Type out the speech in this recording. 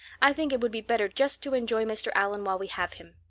i think it would be better just to enjoy mr. allan while we have him.